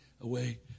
away